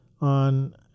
on